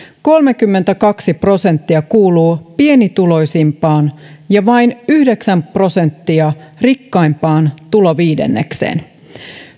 kolmekymmentäkaksi prosenttia kuuluu pienituloisimpaan ja vain yhdeksän prosenttia rikkaimpaan tuloviidennekseen